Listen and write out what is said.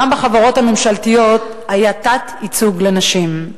גם בחברות הממשלתיות היה תת-ייצוג לנשים.